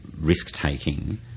risk-taking